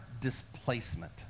displacement